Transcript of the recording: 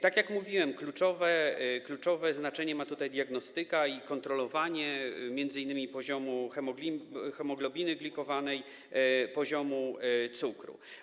Tak jak mówiłem, kluczowe znaczenie ma tutaj diagnostyka i kontrolowanie m.in. poziomu hemoglobiny glikowanej, poziomu cukru.